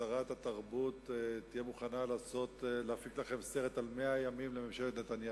שרת התרבות תהיה מוכנה להפיק לכם סרט על 100 ימים לממשלת נתניהו.